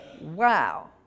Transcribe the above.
wow